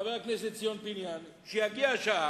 חבר הכנסת ציון פיניאן, כשתגיע השעה.